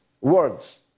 words